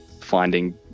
finding